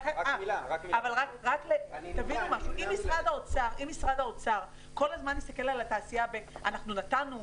אם משרד האוצר יסתכל כל הזמן על התעשייה בראייה של: אנחנו נתנו,